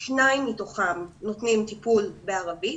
כאשר שניים מתוכם נותנים טיפול בערבית